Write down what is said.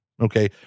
okay